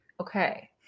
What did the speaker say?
Okay